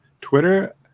Twitter